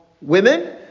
women